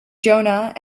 jonah